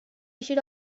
should